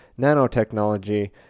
nanotechnology